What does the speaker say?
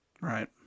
Right